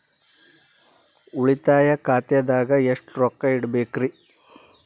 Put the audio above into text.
ಉಳಿತಾಯ ಖಾತೆದಾಗ ಎಷ್ಟ ರೊಕ್ಕ ಇಡಬೇಕ್ರಿ?